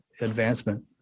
advancement